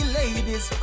ladies